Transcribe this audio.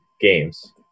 games